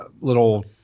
little